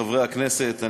חברי הכנסת,